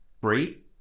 free